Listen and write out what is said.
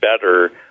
better